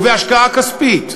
ובהשקעה כספית,